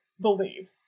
believe